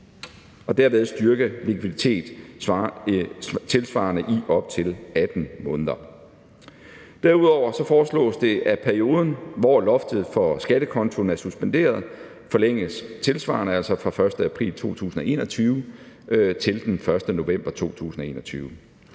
derved styrke deres likviditet tilsvarende i op til 18 måneder. Derudover foreslås det, at perioden, hvor loftet for skattekontoen er suspenderet, forlænges tilsvarende, altså fra 1. april 2021 til 1. november 2021.